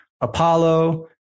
Apollo